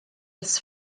das